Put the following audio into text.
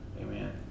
Amen